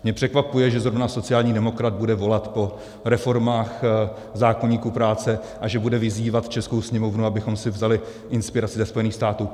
Mě překvapuje, že zrovna sociální demokrat bude volat po reformách zákoníku práce a že bude vyzývat českou Sněmovnu, abychom si vzali inspiraci ze Spojených států.